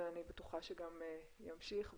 ואני בטוחה שגם ימשיך בנחישות.